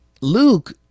Luke